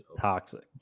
Toxic